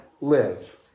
live